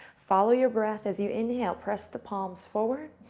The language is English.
follow your breath. as you inhale, press the palms forward,